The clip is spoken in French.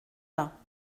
pas